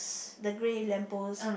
the grey lamp post